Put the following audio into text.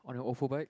on an ofo bike